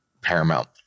Paramount